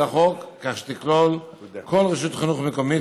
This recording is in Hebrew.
לחוק כך שתכלול כל רשות חינוך מקומית